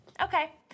Okay